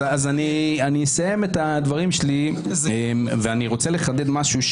אני אסיים את הדברים שלי, ואני רוצה לחדד משהו.